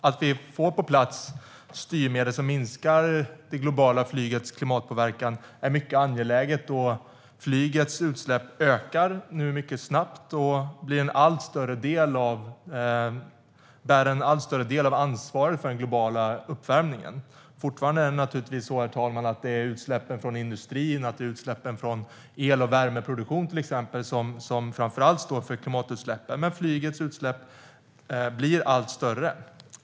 Att vi får på plats styrmedel som minskar det globala flygets klimatpåverkan är mycket angeläget eftersom flygets utsläpp ökar mycket snabbt och bär en allt större del av ansvaret för den globala uppvärmningen. Fortfarande, herr talman, är det framför allt utsläppen från industrin, till exempel från el och värmeproduktion, som står för klimatutsläppen, men flygets utsläpp blir allt större.